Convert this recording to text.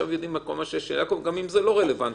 שזה יכול להיות גם מידע שהוא לא רלוונטי.